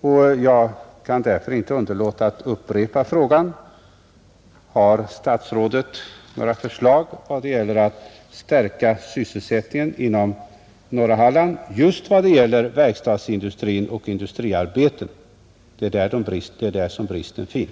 och jag kan därför inte underlåta att upprepa frågan: Har statsrådet några förslag när det gäller att stärka sysselsättningen i norra Halland vad gäller verkstadsindustrin och annan industri? Det är där som bristen finns,